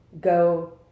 go